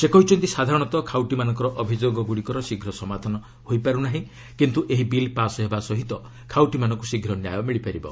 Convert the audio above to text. ସେ କହିଛନ୍ତି ସାଧାରଣତଃ ଖାଉଟିମାନଙ୍କର ଅଭିଯୋଗଗୁଡ଼ିକର ଶୀଘ୍ର ସମାଧାନ ହୋଇପାରୁ ନାହିଁ କିନ୍ତୁ ଏହି ବିଲ୍ ପାସ୍ ହେବା ସହିତ ଖାଉଟିମାନଙ୍କୁ ଶୀଘ୍ର ନ୍ୟାୟ ମିଳିପାରିବ